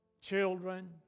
children